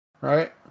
right